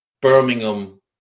Birmingham